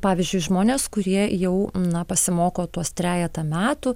pavyzdžiui žmonės kurie jau na pasimoko tuos trejetą metų